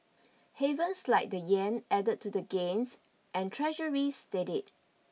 havens like the yen added to gains and treasuries steadied